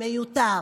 מיותר.